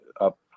up